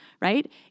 right